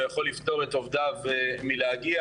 הוא יכול לפטור את עובדיו מלהגיע.